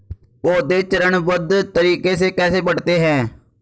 पौधे चरणबद्ध तरीके से कैसे बढ़ते हैं?